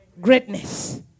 greatness